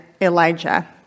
Elijah